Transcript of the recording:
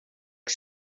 que